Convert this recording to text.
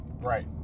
Right